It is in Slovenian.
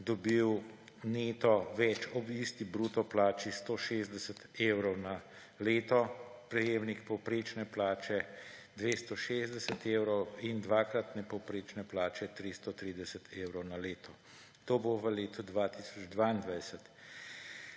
dobil neto več ob enaki bruto plači 160 evrov na leto, prejemnik povprečne plače 260 evrov in prejemnik dvakratne povprečne plače 330 evrov na leto. To bo v letu 2022.